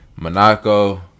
Monaco